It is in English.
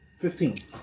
Fifteen